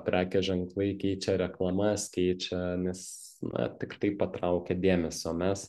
prekės ženklai keičia reklamas keičia nes na tik taip patraukia dėmesį o mes